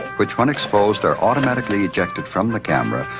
which when exposed, are automatically ejected from the camera,